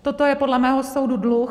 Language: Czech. Toto je podle mého soudu dluh.